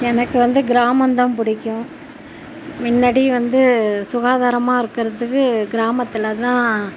எனக்கு வந்து கிராமம் தான் பிடிக்கும் முன்னடி வந்து சுகாதாரம்மா இருக்கிறதுக்கு கிராமத்தில் தான்